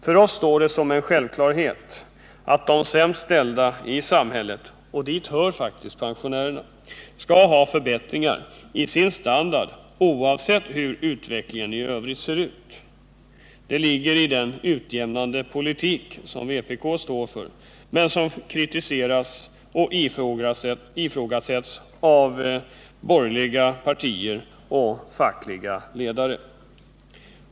För oss står det som en självklarhet att de sämst ställda i samhället — och dit hör pensionärerna — skall ha förbättringar i sin standard oavsett hur utvecklingen i övrigt ser ut. Det ligger i den utjämnande politik som vpk står för men som kritiseras och ifrågasätts av flera fackliga ledare.